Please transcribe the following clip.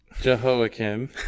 jehoiakim